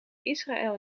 israël